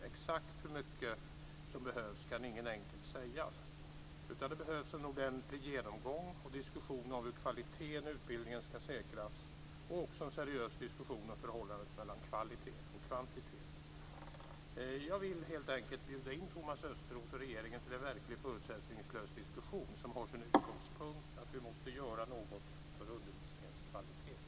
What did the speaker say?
Exakt hur mycket som behövs kan ingen enkelt säga, utan det behövs en ordentlig genomgång och diskussion om hur kvaliteten i utbildningen ska säkras och också en seriös diskussion om förhållandet mellan kvalitet och kvantitet. Jag vill helt enkelt bjuda in Thomas Östros och regeringen till en verkligt förutsättningslös diskussion med utgångspunkten att vi måste göra något för undervisningens kvalitet.